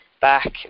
back